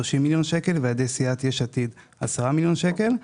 מיליון שקל ועל ידי סיעת יש עתיד 10 מיליון שקל,